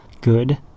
good